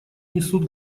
несут